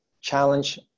challenge